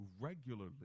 regularly